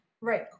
right